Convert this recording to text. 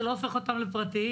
זה לא הופך אותם לפרטיים.